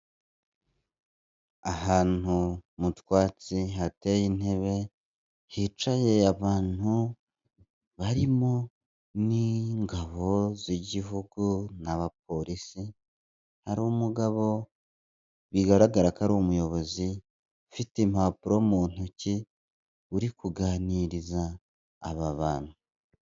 Ahantu mu twatsi hateye intebe hicaye abantu barimo n'ingabo z'Igihugu n'abapolisi, hari umugabo bigaragara ko ari umuyobozi ufite impapuro mu ntoki uri kuganiriza aba bantu.